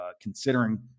considering